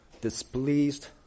displeased